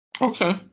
Okay